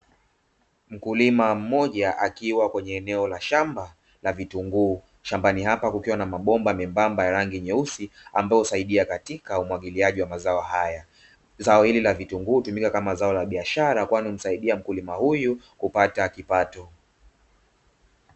Mkulima mmoja akiwa kwenye eneo la shamba la vitunguu shambani hapa kukiwa na mabomba miembamba ya rangi nyeusi ambayo husaidia katika umwagiliaji wa mazao haya, zao hili la vitunguu hutumika kama zao la biashara kwani humsaidia mkulima huyu kupata kipato.